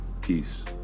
Peace